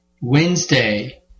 Wednesday